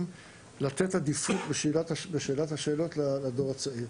היא לתת עדיפות בשאילת השאלות לדור הצעיר.